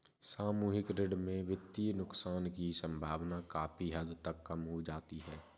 सामूहिक ऋण में वित्तीय नुकसान की सम्भावना काफी हद तक कम हो जाती है